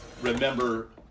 remember